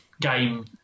game